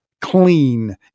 clean